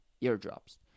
eardrops